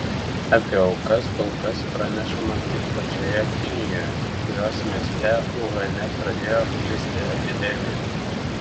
apie aukas kol kas pranešama tik pačioje kinijoje kurios mieste uhane pradėjo plisti epidemija